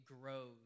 grows